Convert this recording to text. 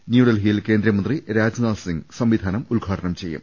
ന്യൂഡൽഹിയിൽ കേന്ദ്രമന്ത്രി രാജ്നാഥ് സിങ്ങ് സംവിധാനം ഉദ്ഘാടനം ചെയ്യും